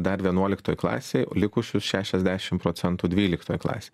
dar vienuoliktoj klasėj o likusius šešiasdešim procentų dvyliktoj klasėj